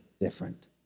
different